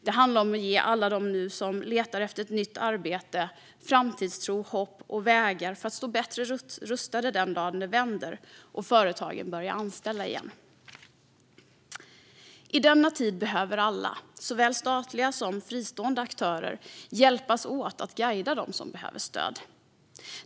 Det handlar om att ge alla dem som nu letar efter ett nytt arbete framtidstro, hopp och vägar för att stå bättre rustade den dag det vänder och företagen börjar anställa igen. I denna tid behöver alla, såväl statliga som fristående aktörer, hjälpas åt att guida dem som behöver stöd.